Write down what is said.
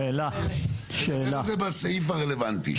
נתייחס לזה בסעיף הרלוונטי.